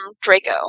Draco